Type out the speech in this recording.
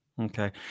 Okay